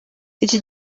iki